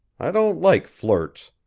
i don't like flirts.